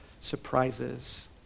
surprises